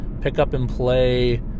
pick-up-and-play